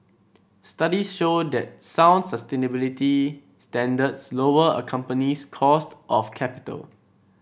studies show that sound sustainability standards lower a company's cost of capital